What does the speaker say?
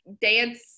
dance